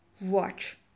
watch